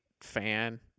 fan